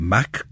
Mac